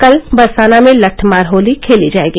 कल बरसाना में लट्ठमार होली खेली जायेगी